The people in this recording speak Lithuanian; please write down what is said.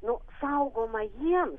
nu saugoma jiems